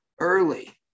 early